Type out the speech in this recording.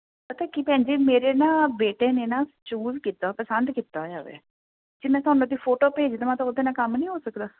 ਪਤਾ ਕੀ ਭੈਣਜੀ ਮੇਰੇ ਨਾ ਬੇਟੇ ਨੇ ਨਾ ਚੂਜ ਕੀਤਾ ਪਸੰਦ ਕੀਤਾ ਹੋਇਆ ਹੋਇਆ ਜੇ ਮੈਂ ਤੁਹਾਨੂੰ ਫੋਟੋ ਭੇਜ ਦੇਵਾਂ ਤਾਂ ਉਹਦੇ ਨਾਲ ਕੰਮ ਨਹੀਂ ਹੋ ਸਕਦਾ